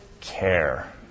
care